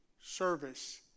service